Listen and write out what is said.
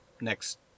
next